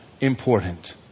important